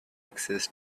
access